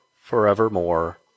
forevermore